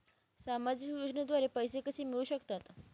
सामाजिक योजनेद्वारे पैसे कसे मिळू शकतात?